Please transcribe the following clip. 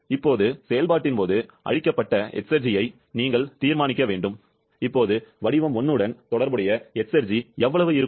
இப்போது செயல்பாட்டின் போது அழிக்கப்பட்ட எஸ்ர்ஜியை நீங்கள் தீர்மானிக்க வேண்டும் இப்போது வடிவ 1 உடன் தொடர்புடைய எஸ்ர்ஜி எவ்வளவு இருக்கும்